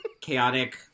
chaotic